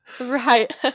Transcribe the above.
right